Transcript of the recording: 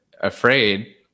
afraid